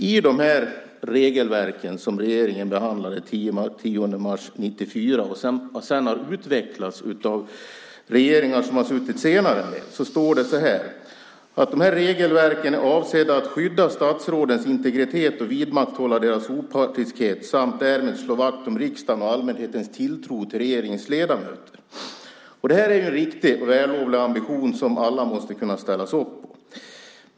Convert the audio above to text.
I de här regelverken, som regeringen behandlade den 10 mars 1994, och som sedan har utvecklats av regeringar som har suttit senare står det så här: Regelverken är avsedda att skydda statsrådens integritet och vidmakthålla deras opartiskhet samt därmed slå vakt om riksdagens och allmänhetens tilltro till regeringens ledamöter. Det här är en riktig och vällovlig ambition som alla måste kunna ställa upp på.